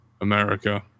America